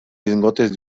lingotes